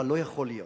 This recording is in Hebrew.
אבל לא יכול להיות